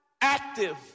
Active